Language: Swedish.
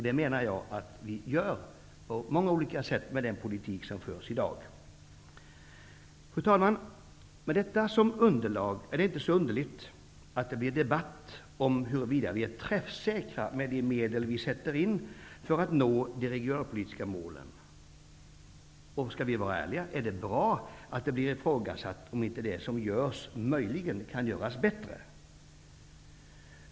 Det menar jag att vi gör på många olika sätt med den politik som förs i dag. Fru talman! Med detta som bakgrund är det inte så underligt att det blir debatt om huruvida vi är träffsäkra med de medel vi sätter in för att nå de regionalpolitiska målen. Och skall vi vara ärliga, är det bra att det blir ifrågasatt om inte det som görs möjligen kan göras bättre.